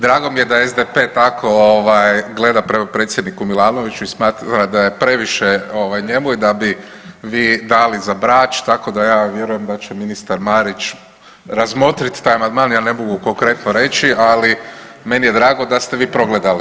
Drago mi je da SDP tako gleda prema predsjedniku Milanoviću i smatra da je previše njemu i da bi vi dali za Brač, tako da ja vjerujem da će ministar Marić razmotriti taj amandman, ja ne mogu konkretno reći, ali meni je drago da ste vi progledali.